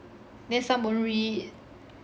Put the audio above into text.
then some won't read